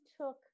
took